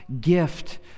gift